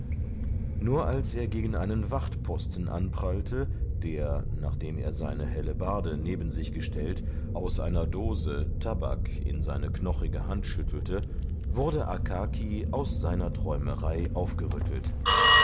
nur als er gegen einen wachtposten anprallte der nachdem er seine hellebarde neben sich gestellt aus einer dose tabak in seine knochige hand schüttete wurde akaki aus seiner träumerei aufgerüttelt